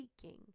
seeking